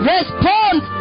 Respond